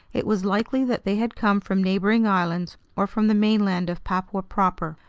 it was likely that they had come from neighboring islands or from the mainland of papua proper.